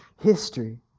history